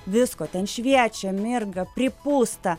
visko ten šviečia mirga pripūsta